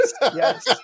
Yes